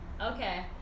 Okay